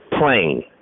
plane